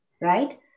right